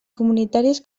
comunitàries